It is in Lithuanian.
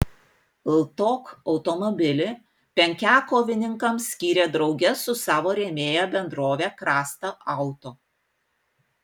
ltok automobilį penkiakovininkams skyrė drauge su savo rėmėja bendrove krasta auto